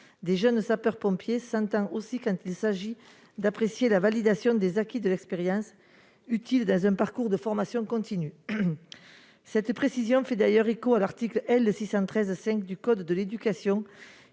des jeunes sapeurs-pompiers s'entend aussi quand il s'agit d'apprécier la validation des acquis de l'expérience, utile dans un parcours de formation continue. Cette précision fait également écho à l'article L. 613-5 du code de l'éducation